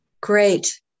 Great